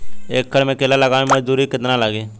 एक एकड़ में केला लगावे में मजदूरी कितना लागी?